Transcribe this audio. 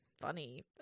funny